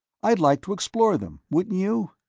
i'd like to explore them, wouldn't you?